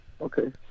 okay